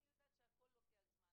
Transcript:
אני יודעת שהכל לוקח זמן,